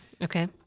Okay